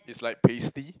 it's like pasty